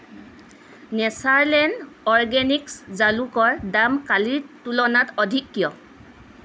Natureland organics জালুকৰ দাম কালিৰ তুলনাত অধিক কিয়